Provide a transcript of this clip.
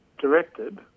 directed